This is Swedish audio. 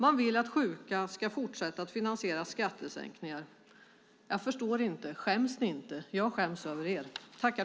Man vill att sjuka ska fortsätta finansiera skattesänkningar. Jag förstår inte. Skäms ni inte? Jag skäms över er.